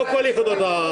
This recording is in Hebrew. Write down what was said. אנחנו הצבענו נגד.